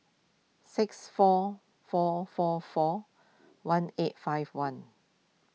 six four four four one eight five one